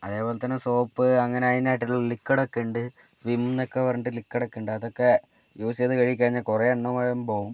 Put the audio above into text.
അതേപോലെത്തന്നെ സോപ്പ് അങ്ങനെ അതിനായിട്ടുള്ള ലിക്ക്വിഡൊക്കെയുണ്ട് വിം എന്നൊക്കെ പറഞ്ഞിട്ട് ലിക്ക്വിഡൊക്കെയുണ്ട് അതൊക്കെ യൂസ് ചെയ്ത് കഴുകിക്കഴിഞ്ഞാൽ കുറേ എണ്ണമയം പോവും